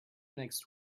next